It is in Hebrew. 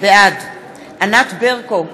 בעד ענת ברקו,